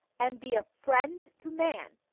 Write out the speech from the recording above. and be a friend to man,